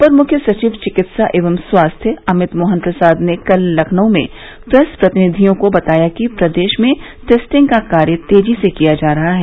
अपर मुख्य सचिव चिकित्सा एवं स्वास्थ्य अमित मोहन प्रसाद ने कल लखनऊ मे प्रेस प्रतिनधियों को बताया कि प्रदेश में टेस्टिंग का कार्य तेजी से किया जा रहा है